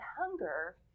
hunger